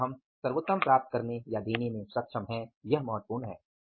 और क्या हम सर्वोत्तम प्राप्त करने या देने में सक्षम हैं यह महत्वपूर्ण है